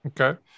Okay